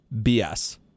BS